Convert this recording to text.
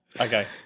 okay